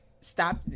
stop